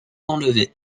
enlevé